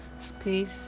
space